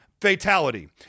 Fatality